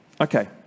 Okay